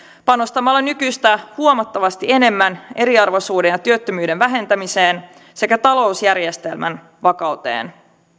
panostamalla nykyistä huomattavasti enemmän eriarvoisuuden ja työttömyyden vähentämiseen sekä talousjärjestelmän vakauteen